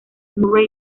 murray